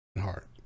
Heart